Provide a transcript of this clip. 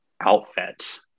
outfit